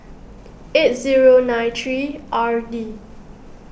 eight zero nine three r d